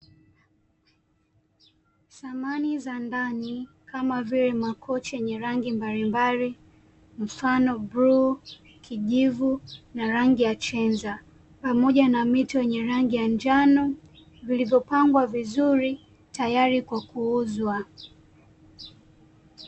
Samani za ndani kama vile makochi yenye rangi mbalimbali, mfano; bluu, kijivu na rangi ya chenza pamoja na mito yenye rangi ya njano, vilivyopangwa vizuri tayari kwa kuuzwa.